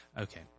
okay